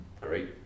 Great